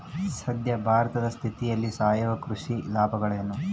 ಸದ್ಯ ಭಾರತದ ಸ್ಥಿತಿಯಲ್ಲಿ ಸಾವಯವ ಕೃಷಿಯ ಲಾಭಗಳೇನು?